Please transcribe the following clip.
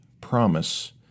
promise